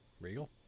Regal